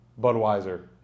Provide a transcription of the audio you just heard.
Budweiser